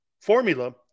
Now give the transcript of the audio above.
formula